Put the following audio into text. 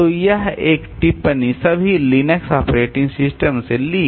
तो यह है यह टिप्पणी सभी लिनक्स ऑपरेटिंग सिस्टम से ली गई है